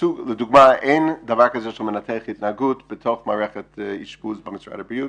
לדוגמה אין דבר כזה של מנתח התנהגות בתוך מערכת אשפוז במשרד הבריאות,